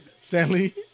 Stanley